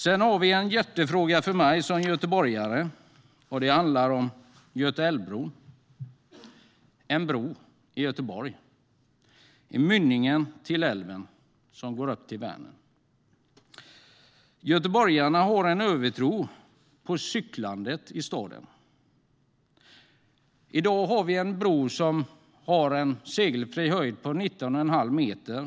Sedan har vi en fråga som är jättestor för mig som göteborgare. Den handlar om Götaälvbron. Det är en bro i Göteborg, i mynningen till älven som går upp till Vänern. Göteborgarna har en övertro på cyklandet i staden. I dag har vi en bro som har en segelfri höjd på 19 1⁄2 meter.